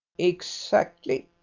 exactly,